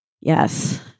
Yes